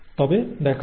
তবে দেখা হবে